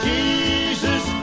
Jesus